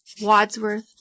Wadsworth